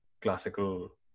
classical